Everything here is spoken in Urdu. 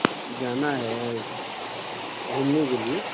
جانا ہے گھومنے کے لیے